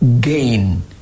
gain